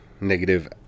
negative